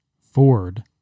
Ford